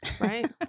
right